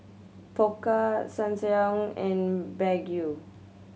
Pokka Ssangyong and Baggu